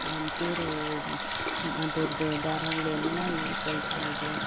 ಒಂದ್ಚೂರು ಅದರದು ದಾರಗಳೆಲ್ಲ ಎಳ್ಕೊಳ್ತಾ ಇದೆ